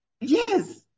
yes